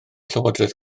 llywodraeth